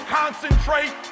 concentrate